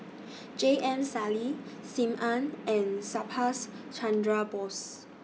J M Sali SIM Ann and Subhas Chandra Bose